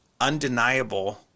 undeniable